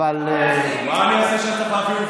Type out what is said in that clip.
מה אני אעשה שאני צריך להביא עבודות?